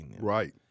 Right